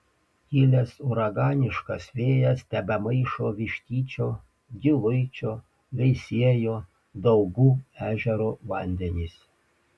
kilęs uraganiškas vėjas tebemaišo vištyčio giluičio veisiejo daugų ežero vandenis